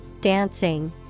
dancing